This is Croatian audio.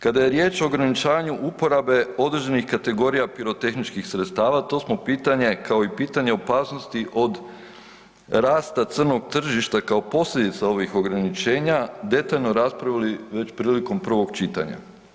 Kada je riječ o ograničavanju uporabe određenih kategorija pirotehničkih sredstava, to smo pitanje kao i pitanje opasnosti od rasta crnog tržišta kao posljedica ovih ograničenja detaljno raspravili već prilikom prvog čitanja.